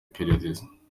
iperereza